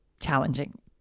challenging